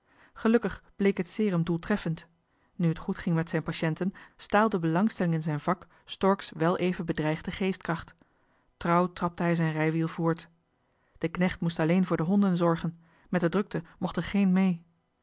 gelukkig bleek het serum doeltreffend nu het goed ging met zijn patiënten staalde belangstelling in zijn vak stork's wel even bedreigde geestkracht trouw trapte hij zijn rijwiel voort de knecht moest alleen voor de honden zorgen met de drukte mocht er geen mee